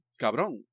cabrón